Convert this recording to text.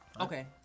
Okay